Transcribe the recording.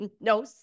no